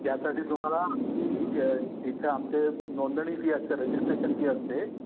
त्यासाठी तुम्हाला आमची इथं आमची नोंदणी फी असते रजिस्ट्रेशन फी असते